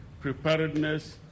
preparedness